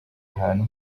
ahantu